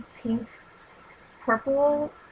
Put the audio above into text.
pink-purple